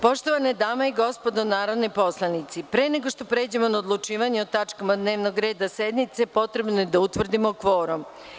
Poštovane dame i gospodo narodni poslanici, pre nego što pređemo na odlučivanje o tačkama dnevnog reda sednice, potrebno je da utvrdimo kvorum.